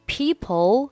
people